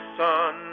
son